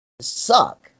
suck